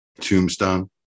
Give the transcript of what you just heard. tombstone